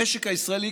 המשק הישראלי,